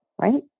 right